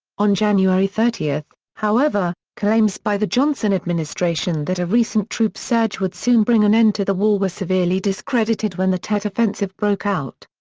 on january thirty, however, claims by the johnson administration that a recent troop surge would soon bring an end to the war were severely discredited when the tet offensive broke out.